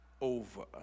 over